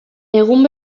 egun